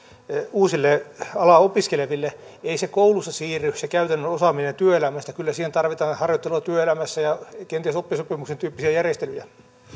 uusille alaa opiskeleville ei se koulussa siirry se käytännön osaaminen työelämästä kyllä siihen tarvitaan harjoittelua työelämässä ja kenties oppisopimuksen tyyppisiä järjestelyjä